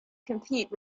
compete